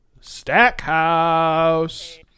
Stackhouse